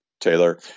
Taylor